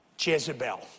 Jezebel